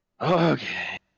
okay